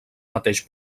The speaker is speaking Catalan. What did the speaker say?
mateix